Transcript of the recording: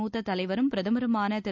மூத்த தலைவரும் பிரதமருமான திரு